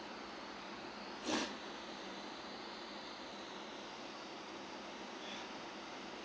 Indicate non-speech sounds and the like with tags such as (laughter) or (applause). (noise)